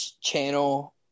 channel